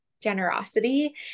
generosity